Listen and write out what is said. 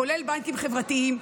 כולל בנקים חברתיים.